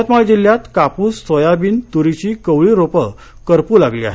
यवतमाळ जिल्ह्यात कापूस सोयाबीन तुरीची कोवळी रोपं करपू लागली आहेत